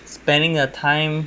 spending the time